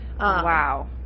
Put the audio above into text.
Wow